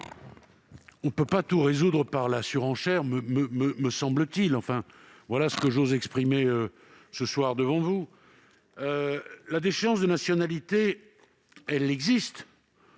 On ne peut pas tout résoudre par la surenchère, me semble-t-il ; voilà ce que j'ose exprimer ce soir devant vous. La déchéance de nationalité existe,